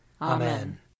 Amen